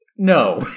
No